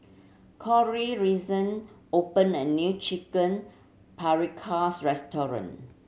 Cori recent opened a new Chicken Paprikas Restaurant